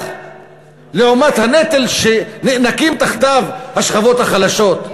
לעומת הנטל שנאנקות תחתיו השכבות החלשות.